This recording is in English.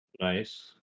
Nice